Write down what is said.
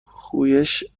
خویش